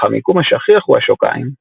אך המיקום השכיח הוא השוקיים.